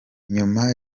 nyuma